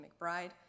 McBride